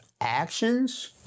actions